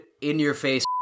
in-your-face